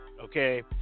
Okay